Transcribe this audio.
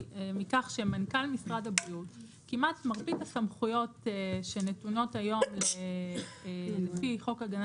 מכך שמרבית הסמכויות שנתונות היום לפי חוק הגנה